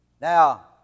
Now